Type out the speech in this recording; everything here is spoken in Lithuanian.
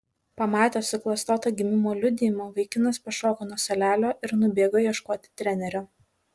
pamatęs suklastotą gimimo liudijimą vaikinas pašoko nuo suolelio ir nubėgo ieškoti trenerio